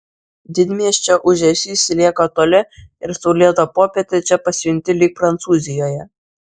didmiesčio ūžesys lieka toli ir saulėtą popietę čia pasijunti lyg prancūzijoje